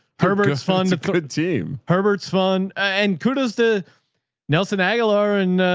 herbert is fun team. herbert's fun and kudos to nelson aguilar and,